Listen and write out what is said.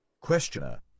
Questioner